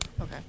Okay